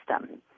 system